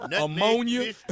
ammonia